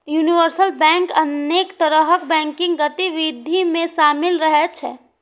universal bank अनेक तरहक banking गतिविधि मे शामिल रहै छै